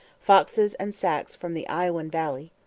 foxes and sacs from the iowan valley,